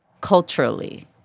culturally